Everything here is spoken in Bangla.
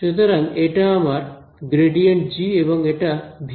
সুতরাং এটা আমার ∇g এবং এটা v